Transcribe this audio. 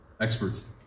Experts